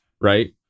right